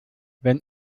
wenn